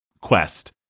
quest